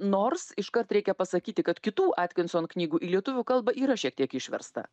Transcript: nors iškart reikia pasakyti kad kitų atkinson knygų į lietuvių kalbą yra šiek tiek išversta